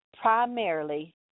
primarily